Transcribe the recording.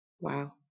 Wow